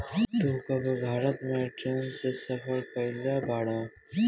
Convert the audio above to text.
तू कबो भारत में ट्रैन से सफर कयिउल बाड़